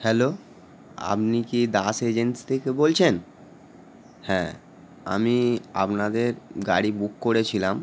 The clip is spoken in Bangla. হ্যালো আপনি কি দাস এজেন্সি থেকে বলছেন হ্যাঁ আমি আপনাদের গাড়ি বুক করেছিলাম